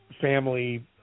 family